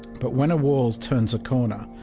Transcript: but when a wall turns a corner,